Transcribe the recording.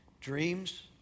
Dreams